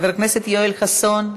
חבר הכנסת יואל חסון,